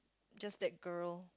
just that girl